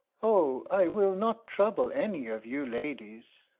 oh, i will not trouble any of you ladies.